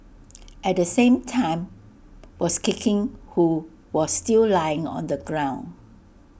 at the same time was kicking who was still lying on the ground